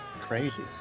crazy